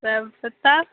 तब बताउ